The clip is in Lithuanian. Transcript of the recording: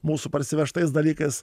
mūsų parsivežtais dalykais